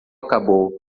acabou